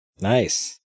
Nice